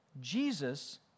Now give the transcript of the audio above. Jesus